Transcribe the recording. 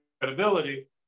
credibility